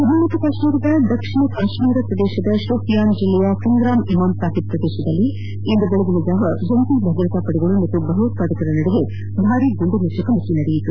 ಜಮ್ನು ಮತ್ತು ಕಾಶ್ಮೀರದ ದಕ್ಷಿಣ ಕಾಶ್ಮೀರದ ಶೋಪಿಯಾನ್ ಜಿಲ್ಲೆಯ ಸಂಗ್ರಮ್ ಇಮಾಮ್ ಸಾಹೀಬ್ ಪ್ರದೇಶದಲ್ಲಿ ಇಂದು ಬೆಳಗಿನ ಜಾವ ಜಂಟಿ ಭದ್ರತಾ ಪಡೆಗಳು ಹಾಗೂ ಭಯೋತ್ಪಾದಕರ ನಡುವೆ ಭಾರೀ ಗುಂಡಿನ ಚಕಮಕಿ ನಡೆದಿದೆ